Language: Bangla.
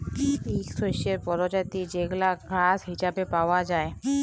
ইক শস্যের পরজাতি যেগলা ঘাঁস হিছাবে পাউয়া যায়